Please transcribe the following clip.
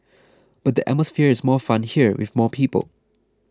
but the atmosphere is more fun here with more people